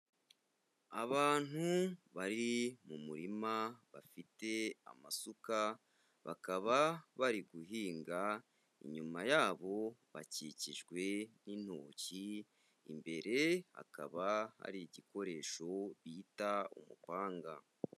Abantu bari mu murima bafite amasuka, bakaba bari guhinga inyuma yabo bakikijwe n'intoki, imbere hakaba hari igikoresho bita umupanga.